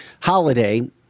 holiday